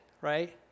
right